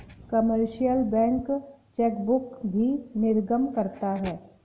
commercial bank chequebook भी निर्गम करता है